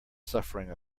suffering